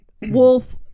wolf